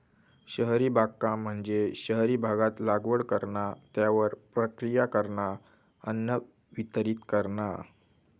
शहरी बागकाम म्हणजे शहरी भागात लागवड करणा, त्यावर प्रक्रिया करणा, अन्न वितरीत करणा